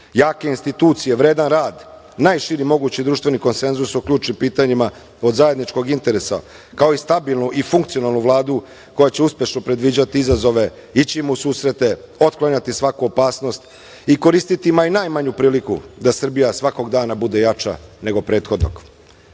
jake institucije, vredan rad, najširi mogući društveni konsenzus o ključnim pitanjima od zajedničkog interesa, kao i stabilnu i funkcionalnu Vladu koja će uspešno predviđati izazove, ići im u susrete, otklanjati svaku opasnost i koristiti ma i najmanju priliku da Srbija svakog dana bude jača nego prethodnog. Govoriti